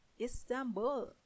Istanbul